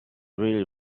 really